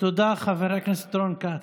תודה, חבר הכנסת רון כץ.